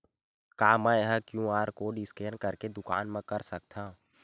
का मैं ह क्यू.आर कोड स्कैन करके दुकान मा कर सकथव?